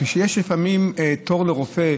כשיש לפעמים תור לרופא,